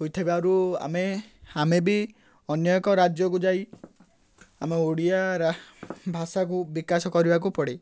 ହୋଇଥିବାରୁ ଆମେ ଆମେ ବି ଅନ୍ୟ ଏକ ରାଜ୍ୟକୁ ଯାଇ ଆମ ଓଡ଼ିଆ ଭାଷାକୁ ବିକାଶ କରିବାକୁ ପଡ଼େ